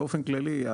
באופן כללי,